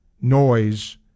noise